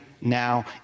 now